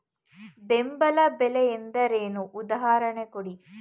ಬೆಂಬಲ ಬೆಲೆ ಎಂದರೇನು, ಉದಾಹರಣೆ ಕೊಡಿ?